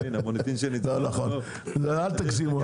אל תגזימו.